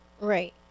Right